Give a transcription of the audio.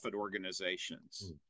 organizations